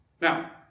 Now